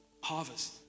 harvest